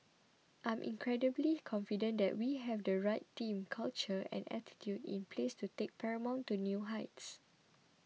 I'm incredibly confident that we have the right team culture and attitude in place to take Paramount to new heights